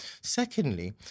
Secondly